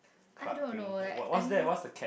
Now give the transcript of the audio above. I don't know like I mean